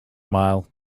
smile